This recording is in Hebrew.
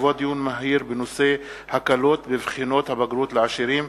בעקבות דיון מהיר בנושא: הקלות בבחינות הבגרות לעשירים,